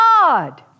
God